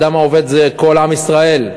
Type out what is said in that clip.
האדם העובד זה כל עם ישראל.